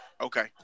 Okay